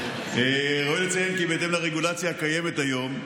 ראוי לציין כי בהתאם לרגולציה הקיימת היום,